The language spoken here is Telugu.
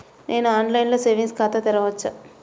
నేను ఆన్లైన్లో సేవింగ్స్ ఖాతాను తెరవవచ్చా?